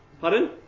Pardon